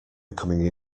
becoming